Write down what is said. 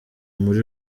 muri